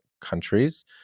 countries